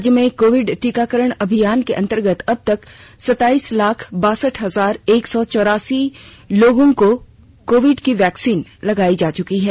राज्य में कोविड टीकाकरण अभियान के अंतर्गत अब तक सताईस लाख बासठ हजार एक सौ चौरासी लोगों को कोविड की वैक्सीन लगाई जा चुंकी है